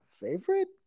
favorite